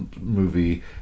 movie